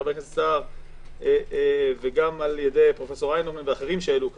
חבר הכנסת סער וגם על-ידי פרופ' איינהורן ואחרים שהעלו פה,